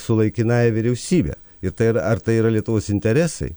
su laikinąja vyriausybe ir tai yra ar tai yra lietuvos interesai